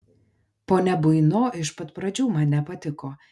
ponia buino iš pat pradžių man nepatiko